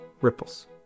Ripples